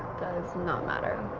does not matter.